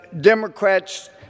Democrats